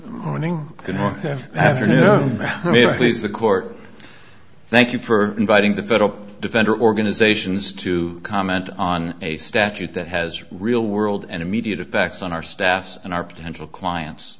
please the court thank you for inviting the federal defender organizations to comment on a statute that has real world and immediate effects on our staffs and our potential clients